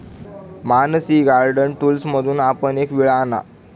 Mansi garden टूल्समधून आपण एक विळा आणा